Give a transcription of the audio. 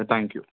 okay thank you